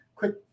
quick